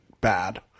bad